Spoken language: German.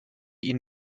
ihn